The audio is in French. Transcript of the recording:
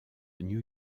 new